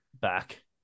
back